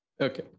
Okay